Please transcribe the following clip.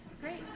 Great